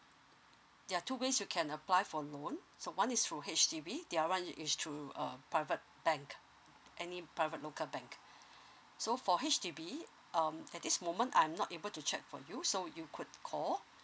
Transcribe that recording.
there are two ways you can apply for loan so one is through H_D_B the other one is through a private bank any private local bank so for H_D_B um at this moment I'm not able to check for you so you could call